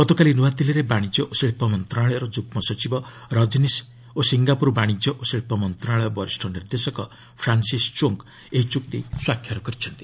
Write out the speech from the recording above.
ଗତକାଲି ନୂଆଦିଲ୍ଲୀରେ ବାଣିଜ୍ୟ ଓ ଶିଳ୍ପ ମନ୍ତ୍ରଣାଳୟ ଯୁଗ୍ମ ସଚିବ ରଜନୀଶ୍ ଓ ସିଙ୍ଗାପୁର ବାଣିଜ୍ୟ ଓ ଶିଳ୍ପ ମନ୍ତ୍ରଣାଳୟ ବରିଷ୍ଠ ନିର୍ଦ୍ଦେଶକ ଫ୍ରାନ୍ସିସ୍ ଚୋଙ୍ଗ୍ ଏହି ଚୁକ୍ତି ସ୍ୱାକ୍ଷର କରିଛନ୍ତି